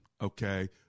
Okay